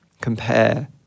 compare